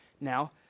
Now